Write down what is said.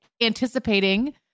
anticipating